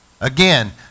Again